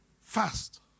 fast